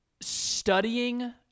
studying